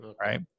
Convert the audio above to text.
right